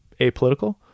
apolitical